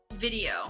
video